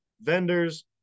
Vendors